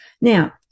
Now